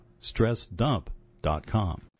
StressDump.com